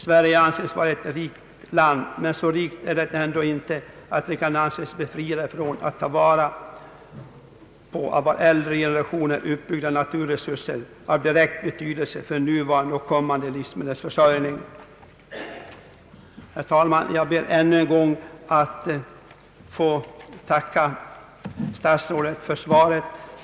Sverige anses vara ett rikt land, men så rikt är det inte att det kan anses befriat från att ta till vara av äldre generationer uppbyggda naturresurser av direkt betydelse för nuvarande och kommande livsmedelsförsörjning.» Herr talman! Jag ber ännu en gång att få tacka statsrådet för svaret.